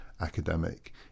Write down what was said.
academic